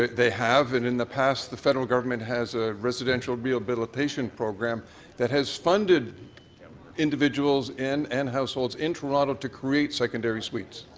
they have and in the past the federal government has a residential rehabilitation program that has funded individuals in and householes in toronto to create secondary suites.